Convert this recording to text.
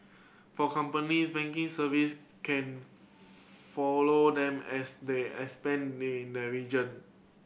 for companies banking service can follow them as they expand in the region